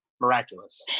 miraculous